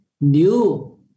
new